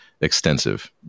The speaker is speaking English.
extensive